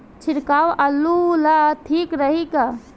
छिड़काव आलू ला ठीक रही का?